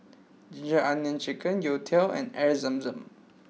Ginger Onions Chicken Youtiao and Air Zam Zam